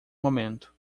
momento